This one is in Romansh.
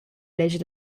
lescha